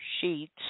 sheets